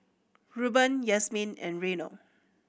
Rueben Yasmine and Reino